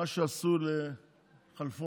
מה שעשו לכלפון.